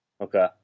Okay